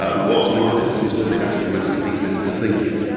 ah what's my business is whether they've actually mastered these methods of thinking.